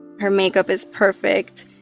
her makeup is perfect.